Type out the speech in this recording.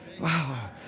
Wow